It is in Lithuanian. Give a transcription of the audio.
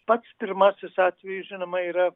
pats pirmasis atvejis žinoma yra